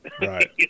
Right